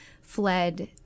fled